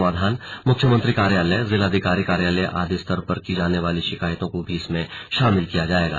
समाधान मुख्यमंत्री कार्यालय जिलाधिकारी कार्यालय आदि स्तर पर की जाने वाली शिकायतों को भी इसमें शामिल किया जाएगा